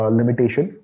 limitation